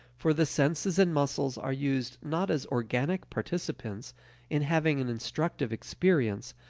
for the senses and muscles are used not as organic participants in having an instructive experience,